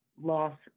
loss